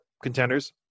contenders